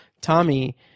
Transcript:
Tommy